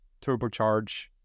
turbocharge